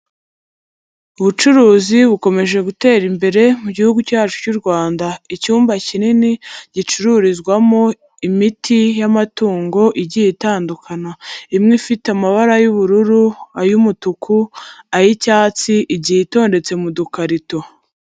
Ubucuruzi bukomeje gutera imbere mu gihugu cyacu cy'u Rwanda, icyumba kinini gicururizwamo imiti y'amatungo igiye itandukana, imwe ifite amabara y'ubururu, ay'umutuku, ay'icyatsi igiye itondetse mu dukarito.